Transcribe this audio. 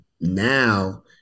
Now